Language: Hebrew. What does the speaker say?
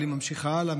אבל היא ממשיכה הלאה.